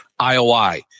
IOI